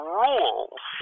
rules